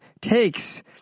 takes